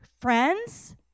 friends